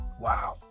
Wow